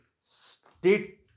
state